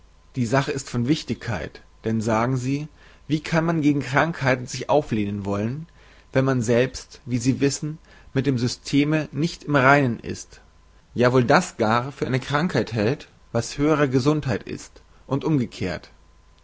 die sache ist von wichtigkeit denn sagen sie wie kann man gegen krankheiten sich auflehnen wollen wenn man selbst wie sie wissen mit dem systeme nicht im reinen ist ja wohl gar das für krankheit hält was höhere gesundheit ist und umgekehrt